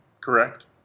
correct